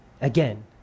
again